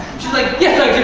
like, yes i